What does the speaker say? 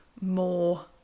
more